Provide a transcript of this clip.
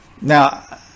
Now